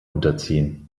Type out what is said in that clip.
unterziehen